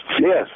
Yes